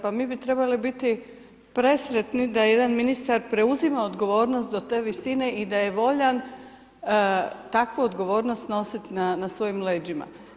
Pa mi bi trebali biti presretni da jedan ministar preuzima odgovornost do te visine i da je voljan takvu odgovornost nosit na svojim leđima.